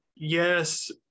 Yes